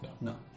No